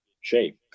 shape